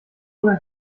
oder